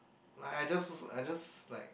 like I just I just like